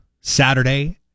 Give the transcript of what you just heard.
Saturday